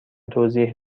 توضیح